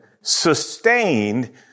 sustained